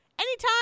anytime